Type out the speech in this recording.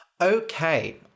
Okay